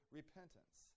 repentance